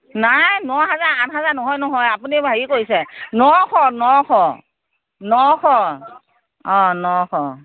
নাই মই নহয় নহয় আপুনি হেৰি কৰিছে নশ নশ নশ অ নশ